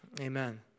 Amen